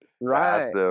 Right